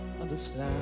understand